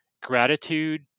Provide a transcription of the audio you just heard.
gratitude